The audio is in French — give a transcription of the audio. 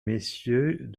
messieurs